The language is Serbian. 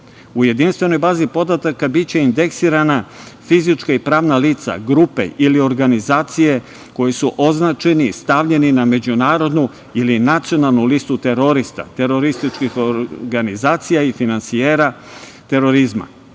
jedinstvenoj bazi podataka biće indeksirana fizička i pravna lica, grupe ili organizacije koje su označene i stavljene na međunarodnu ili nacionalnu listu terorista, terorističkih organizacija i finansijera terorizma.